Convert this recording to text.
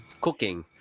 cooking